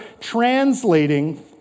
translating